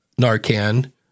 Narcan